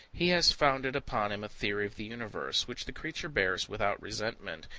he has founded upon him a theory of the universe, which the creature bears without resentment,